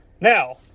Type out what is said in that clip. Now